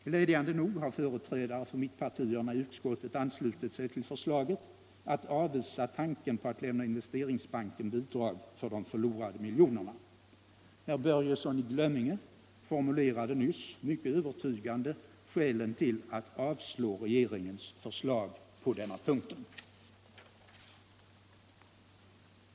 Glädjande nog har företrädare för mittpartierna i utskottet anslutit sig till förslaget att avvisa tanken på att lämna Investeringsbanken bidrag för de förlorade miljonerna. Herr Börjesson i Glömminge formulerade nyss mycket övertygande skälen till att avslå regeringens förslag på denna punkt.